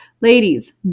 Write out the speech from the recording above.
Ladies